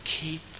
keep